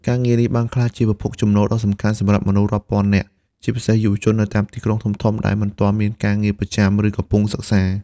ការងារនេះបានក្លាយជា ប្រភពចំណូលដ៏សំខាន់ សម្រាប់មនុស្សរាប់ពាន់នាក់ ជាពិសេសយុវជននៅតាមទីក្រុងធំៗ ដែលមិនទាន់មានការងារប្រចាំ ឬកំពុងសិក្សា។